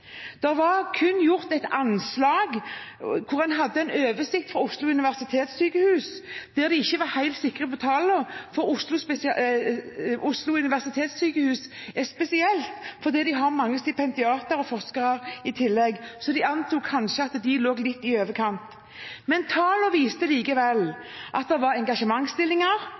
Det var kun gjort et anslag hvor en hadde en oversikt fra Oslo universitetssykehus, der de ikke var helt sikre på tallene, fordi Oslo universitetssykehus er spesielle fordi de har mange stipendiater og forskere i tillegg, så de antok kanskje at de lå litt i overkant. Tallene viste likevel at det var